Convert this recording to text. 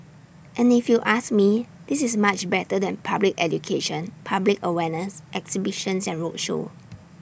and if you ask me this is much better than public education public awareness exhibitions and roadshow